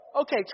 okay